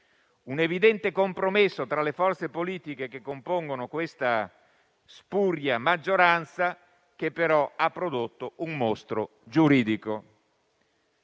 Un'evidente compromesso tra le forze politiche che compongono questa spuria maggioranza, che però ha prodotto un mostro giuridico.